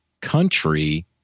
country